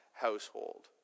household